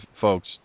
folks